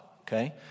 Okay